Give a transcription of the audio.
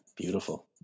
beautiful